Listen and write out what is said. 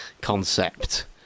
concept